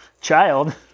child